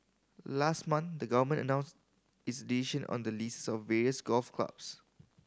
last month the Government announced its on the leases of various golf clubs